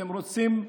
אתם רוצים,